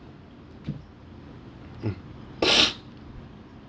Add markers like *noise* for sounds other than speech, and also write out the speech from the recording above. *breath*